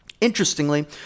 Interestingly